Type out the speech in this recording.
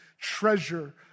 treasure